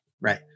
right